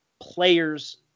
players